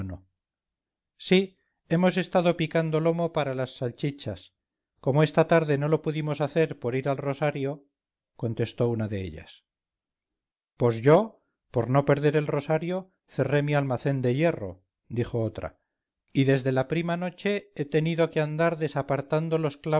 sí hemos estado picando lomo para las salchichas como esta tarde no lo pudimos hacer por ir al rosario contestó una de ellas pos yo por no perder el rosario cerré mi almacén de hierro dijo otra y desde prima noche he tenido que andar desapartando los